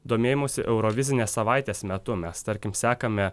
domėjimosi eurovizines savaites metu mes tarkim sekame